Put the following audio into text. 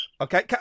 Okay